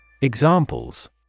Examples